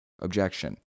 Objection